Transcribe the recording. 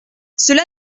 cela